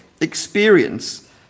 experience